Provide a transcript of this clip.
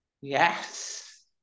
yes